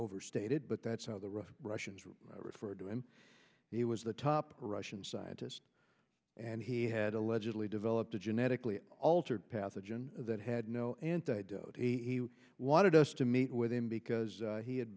overstated but that's how the rest russians were referred to him he was the top russian scientist and he had allegedly developed genetically altered pathogen that had no antidote he wanted us to meet with him because he had